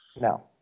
No